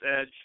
edge